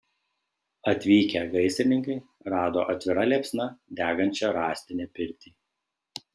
atvykę gaisrininkai rado atvira liepsna degančią rąstinę pirtį